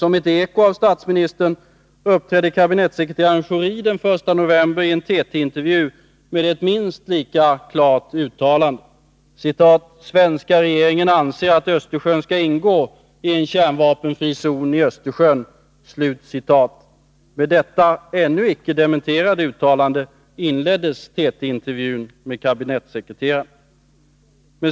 Som ett eko av statsministern uppträdde kabinettssekreterare Schori den 1 november i en TT-intervju med ett minst lika klart uttalande: ”Svenska regeringen anser att Östersjön skall ingå i en kärnvapenfri zon i Norden.” Med detta ännu icke dementerade uttalande inleddes TT-intervjun med kabinettssekreteraren.